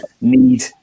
need